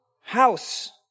house